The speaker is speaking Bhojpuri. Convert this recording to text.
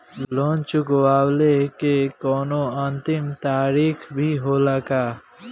लोन चुकवले के कौनो अंतिम तारीख भी होला का?